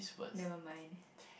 never mind